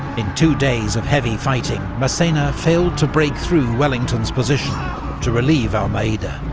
in two days of heavy fighting, massena failed to break through wellington's position to relieve almeida.